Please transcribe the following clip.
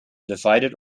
divided